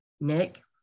Nick